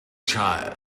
child